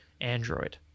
android